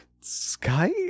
sky